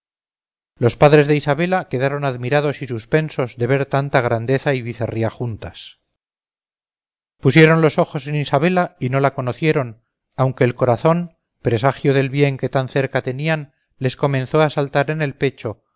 los padres de isabela quedaron admirados y suspensos de ver tanta grandeza y bizarría junta pusieron los ojos en isabela y no la conocieron aunque el corazón presagio del bien que tan cerca tenían les comenzó a saltar en el pecho